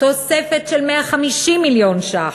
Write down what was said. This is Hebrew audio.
תוספת של 150 מיליון ש"ח.